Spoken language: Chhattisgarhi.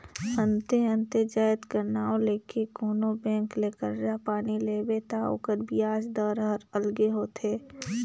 अन्ते अन्ते जाएत कर नांव ले के कोनो बेंक ले करजा पानी लेबे ता ओकर बियाज दर हर अलगे होथे